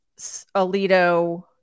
Alito